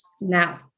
now